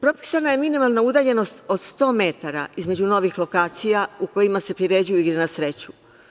Propisana je minimalna udaljenost od 100 metara između novih lokacija u kojima se priređuju igre na sreću.